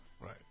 Right